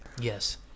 Yes